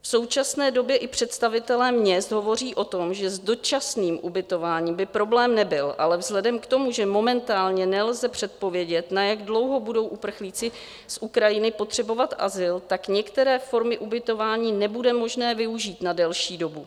V současné době i představitelé měst hovoří o tom, že s dočasným ubytováním by problém nebyl, ale vzhledem k tomu, že momentálně nelze předpovědět, na jak dlouho budou uprchlíci z Ukrajiny potřebovat azyl, tak některé formy ubytování nebude možné využít na delší dobu.